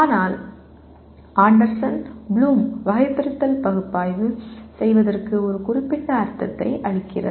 ஆனால் Anderson Bloom வகைபிரித்தல் பகுப்பாய்வு செய்வதற்கு ஒரு குறிப்பிட்ட அர்த்தத்தை அளிக்கிறது